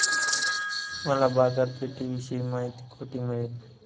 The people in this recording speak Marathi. मला बाजारपेठेविषयी माहिती कोठे मिळेल?